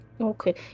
Okay